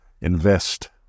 Invest